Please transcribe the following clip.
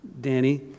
Danny